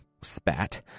spat